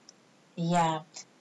ya